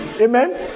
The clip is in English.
Amen